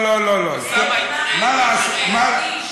אוסאמה התחיל, לא לא לא לא.